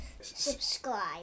Subscribe